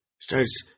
Starts